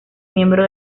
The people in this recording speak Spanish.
miembro